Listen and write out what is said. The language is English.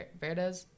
Verdes